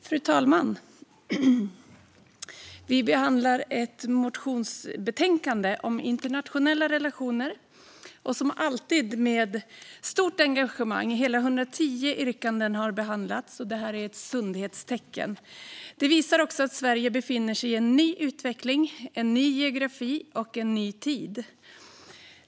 Fru talman! Vi behandlar ett motionsbetänkande om internationella relationer, och som alltid med stort engagemang. Hela 110 yrkanden har behandlats, och det är ett sundhetstecken! Det visar också att Sverige befinner sig i en ny utveckling, en ny geografi och en ny tid.